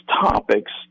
topics